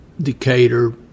Decatur